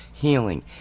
healing